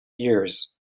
years